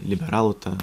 liberalų ta